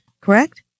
Correct